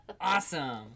awesome